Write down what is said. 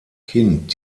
kind